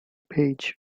page